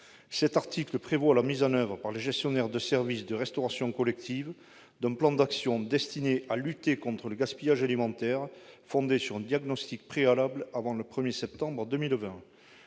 cet article prévoit la mise en oeuvre par les gestionnaires de services de restauration collective d'un plan d'action destiné à lutter contre le gaspillage alimentaire fondé sur un diagnostic préalable avant le 1 septembre 2020.